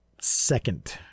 second